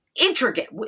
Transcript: intricate